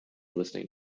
listening